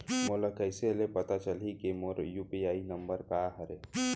मोला कइसे ले पता चलही के मोर यू.पी.आई नंबर का हरे?